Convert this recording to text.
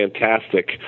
fantastic